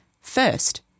First